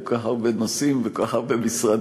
כל כך הרבה נושאים וכל כך הרבה משרדים.